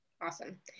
Awesome